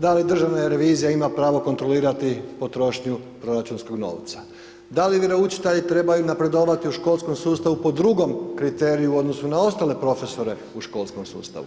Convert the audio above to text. Da li Državna revizija ima pravo kontrolirati potrošnju proračunskog novca, da li vjeroučitelji trebaju napredovati u školskom sustavu po drugom kriteriju u odnosu na ostale profesore u školskom sustavu